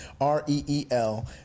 r-e-e-l